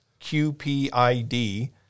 QPID